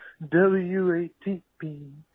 W-A-T-P